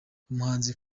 umuhanzi